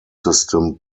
system